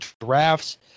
drafts